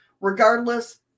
regardless